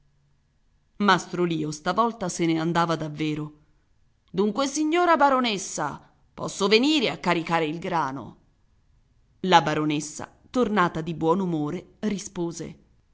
mastro lio stavolta se ne andava davvero dunque signora baronessa posso venire a caricare il grano la baronessa tornata di buon umore rispose